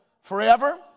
forever